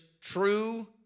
true